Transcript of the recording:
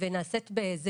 ולא נעשית בזהירות,